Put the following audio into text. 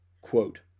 Quote